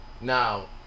Now